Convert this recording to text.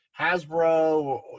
hasbro